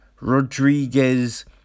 Rodriguez